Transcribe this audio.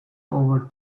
over